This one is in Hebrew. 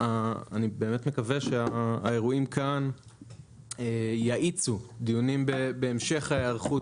אני באמת מקווה שהאירועים כאן יאיצו דיונים בהמשך ההיערכות